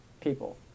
people